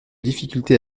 difficulté